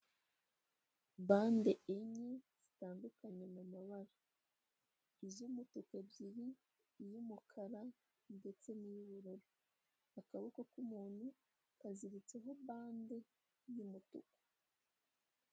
Bande enye zitandukanye mu mabara, iz'umutuku ebyiri, iy'umukara ndetse n'iyibiruru, akaboko k'umuntu kaziritseho bande y'umutuku